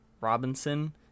Robinson